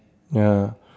ya